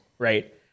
right